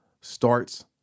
starts